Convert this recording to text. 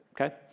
okay